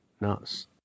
nuts